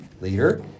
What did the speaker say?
leader